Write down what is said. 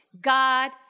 God